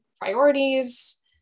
priorities